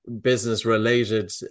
business-related